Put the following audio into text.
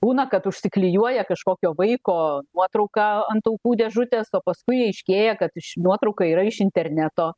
būna kad užsiklijuoja kažkokio vaiko nuotrauką ant aukų dėžutės o paskui aiškėja kad ši nuotrauka yra iš interneto